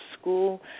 school